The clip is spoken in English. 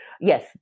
Yes